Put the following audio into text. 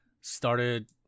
started